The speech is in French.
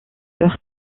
leur